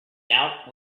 doubt